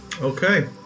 Okay